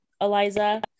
Eliza